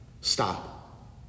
stop